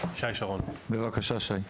בבקשה, ישי.